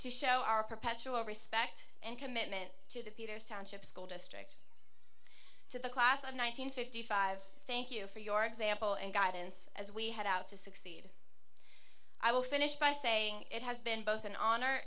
to show our perpetual respect and commitment to the peters township school district to the class of one nine hundred fifty five thank you for your example and guidance as we head out to succeed i will finish by saying it has been both an honor